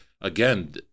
again